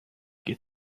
get